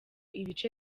ibice